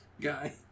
guy